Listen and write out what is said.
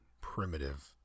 primitive